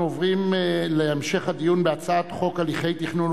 אנחנו עוברים להמשך הדיון בהצעת הליכי תכנון